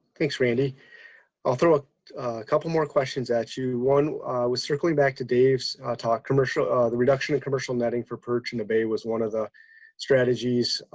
thanks, randy. i'll throw a couple more questions at you. one was circling back to dave's talk, the reduction in commercial netting for perch in the bay was one of the strategies.